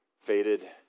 faded